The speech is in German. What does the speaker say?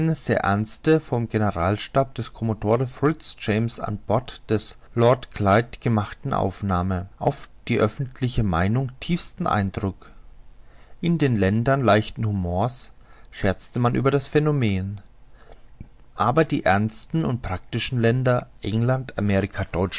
ernste vom generalstab des commodore fitz james an bord des lord clyde gemachte aufnahme auf die öffentliche meinung den tiefsten eindruck in den ländern leichten humors scherzte man über das phänomen aber die ernsten und praktischen länder england